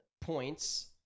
points